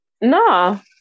No